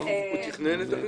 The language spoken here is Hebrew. הוא תכנן את הרצח?